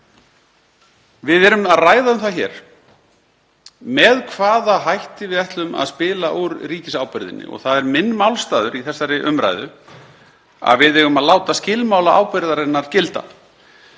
við erum að ræða um það hér með hvaða hætti við ætlum að spila úr ríkisábyrgðinni og það er minn málstaður í þessari umræðu að við eigum að láta skilmála ábyrgðarinnar gilda.